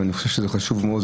ואני חושב שזה חשוב מאוד.